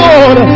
Lord